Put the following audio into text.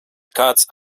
kāds